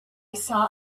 saw